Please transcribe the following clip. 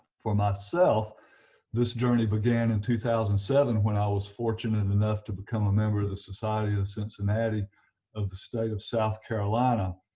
for myself this journey began in two thousand and seven when i was fortunate enough to become a member of the society of cincinnati of the state of south carolina.